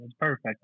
Perfect